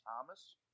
Thomas